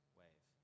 wave